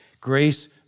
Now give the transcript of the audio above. Grace